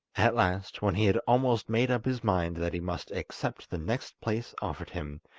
at last, when he had almost made up his mind that he must accept the next place offered him,